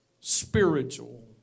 spiritual